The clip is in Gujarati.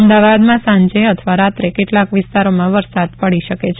અમદાવાદમાં સાંજે અથવા રાત્રે કેટલાંક વિસ્તારોમાં વરસાદ પડી શકે છે